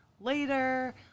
later